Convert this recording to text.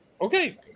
okay